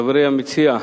ידידי יוחנן, חברי המציע,